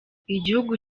igihugu